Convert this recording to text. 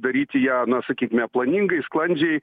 daryti ją na sakykime planingai sklandžiai